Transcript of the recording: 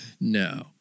no